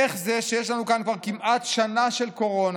איך זה שיש לנו כאן כבר כמעט שנה של קורונה